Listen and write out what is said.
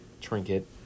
trinket